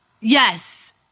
Yes